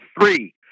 three